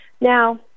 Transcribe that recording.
Now